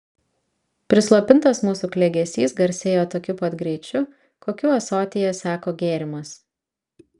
prislopintas mūsų klegesys garsėjo tokiu pat greičiu kokiu ąsotyje seko gėrimas